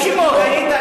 תגיד שמות.